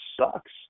sucks